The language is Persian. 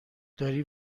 داری